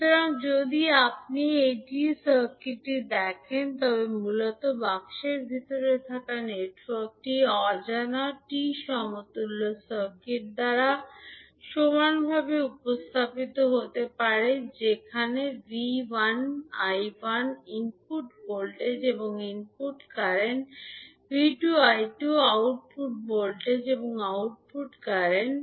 সুতরাং যদি আপনি এই টি সার্কিটটি দেখে থাকেন তবে মূলত বাক্সের ভিতরে থাকা নেটওয়ার্কটি অজানা টি সমতুল্য সার্কিট দ্বারা সমানভাবে উপস্থাপিত হতে পারে যেখানে VI I1 ইনপুট ভোল্টেজ এবং ইনপুট কারেন্ট এবং V2 I2 আউটপুট অন্যান্য পোর্ট ভোল্টেজ এবং আউটপুট কারেন্ট